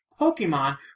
Pokemon